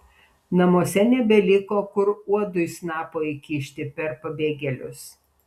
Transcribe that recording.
namuose nebeliko kur uodui snapo įkišti per pabėgėlius